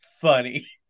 funny